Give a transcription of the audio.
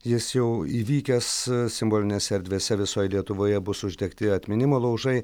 jis jau įvykęs simbolinėse erdvėse visoje lietuvoje bus uždegti atminimo laužai